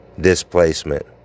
displacement